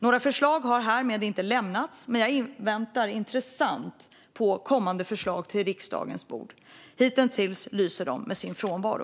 Några förslag har dock inte lämnats, men jag inväntar intresserat kommande förslag till riksdagen. Hittills har de lyst med sin frånvaro.